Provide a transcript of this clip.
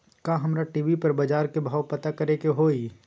का हमरा टी.वी पर बजार के भाव पता करे के होई?